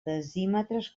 decímetres